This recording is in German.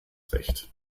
recht